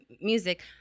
music